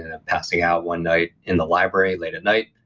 and up passing out one night in the library late at night,